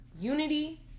Unity